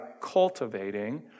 cultivating